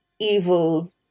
evil